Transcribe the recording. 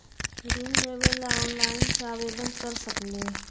ऋण लेवे ला ऑनलाइन से आवेदन कर सकली?